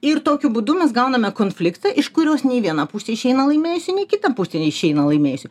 ir tokiu būdu mes gauname konfliktą iš kurios nei viena pusė išeina laimėjusi nei kita pusė neišeina laimėjusi